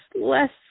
less